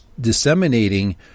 disseminating